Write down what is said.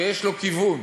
שיש לו כיוון,